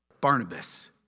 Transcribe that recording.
Barnabas